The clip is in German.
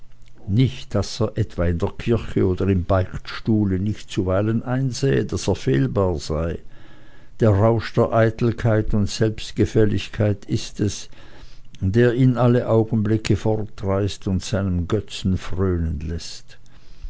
nicht daß er etwa in der kirche oder im beichtstuhle nicht zuweilen einsähe daß er fehlbar sei der rausch der eitelkeit und selbstgefälligkeit ist es der ihn alle augenblicke fortreißt und seinem götzen frönen läßt